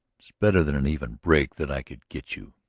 it's better than an even break that i could get you,